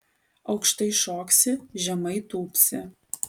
aukštai šoksi žemai tūpsi